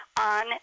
on